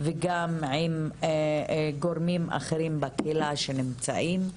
וגם עם גורמים אחרים שנמצאים בקהילה.